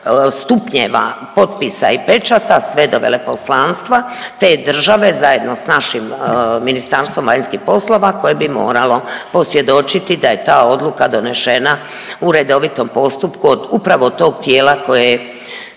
stupnjeva potpisa i pečata sve do veleposlanstva te države zajedno s našim Ministarstvom vanjskih poslova koje bi moralo posvjedočiti da je ta odluka donešena u redovitom postupku od upravo tog tijela koje je,